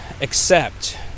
accept